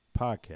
podcast